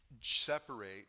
separate